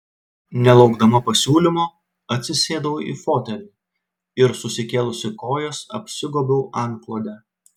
nelaukdama pasiūlymo atsisėdau į fotelį ir susikėlusi kojas apsigobiau antklode